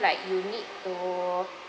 like you need to